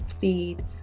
feed